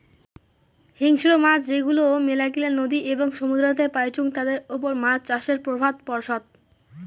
হিংস্র মাছ যেগুলো মেলাগিলা নদী এবং সমুদ্রেতে পাইচুঙ তাদের ওপর মাছ চাষের প্রভাব পড়সৎ